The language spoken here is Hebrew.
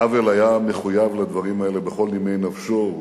האוול היה מחויב לדברים האלה בכל נימי נפשו.